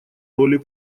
роли